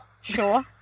sure